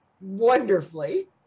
wonderfully